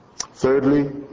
Thirdly